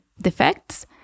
defects